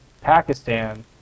Pakistan